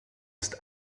ist